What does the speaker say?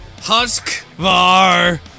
Huskvar